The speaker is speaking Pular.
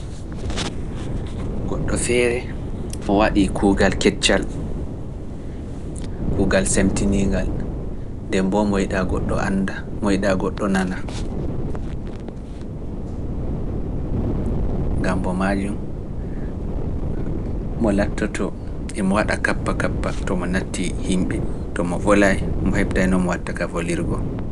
Goɗɗo feere, o waɗii kuugal keccal, kuugal semtiniingal, nden boo mo yiɗaa goɗɗo annda, mo yiɗaa goɗɗo nana. Ngam ba maajum, mo lattoto e mo waɗa kappa-kappa, to mo nattii himɓe. to mo bolay, mo heɓtay no mo watta ka bolirgo.